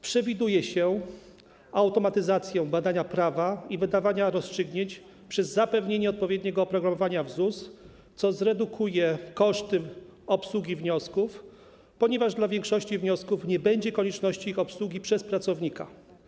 Przewiduje się automatyzację badania prawa i wydawania rozstrzygnięć przez zapewnienie odpowiedniego oprogramowania w ZUS, co zredukuje koszty obsługi wniosków, ponieważ w przypadku większości wniosków nie będzie konieczności ich obsługi przez pracownika.